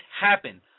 happen